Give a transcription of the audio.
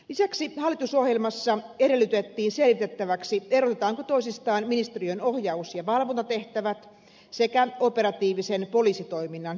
lisäksi hallitusohjelmassa edellytettiin selvitettäväksi erotetaanko toisistaan ministeriön ohjaus ja valvontatehtävät sekä operatiivisen poliisitoiminnan johtaminen